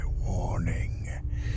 warning